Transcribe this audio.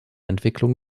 entwicklung